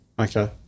Okay